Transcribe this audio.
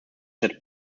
that